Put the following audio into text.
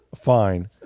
Fine